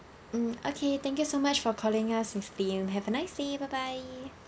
mm okay thank you so much for calling us miss lim have a nice day bye bye